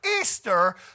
Easter